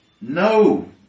No